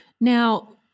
Now